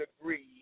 agree